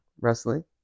wrestling